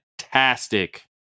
fantastic